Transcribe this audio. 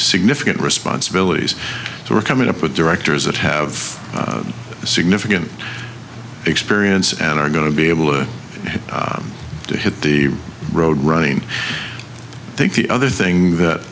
significant responsibilities so we're coming up with directors that have significant experience and are going to be able to hit the road running i think the other thing that